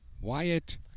Wyatt